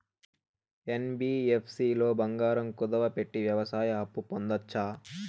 NBFC లో బంగారం కుదువు పెట్టి వ్యవసాయ అప్పు పొందొచ్చా?